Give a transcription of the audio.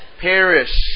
perish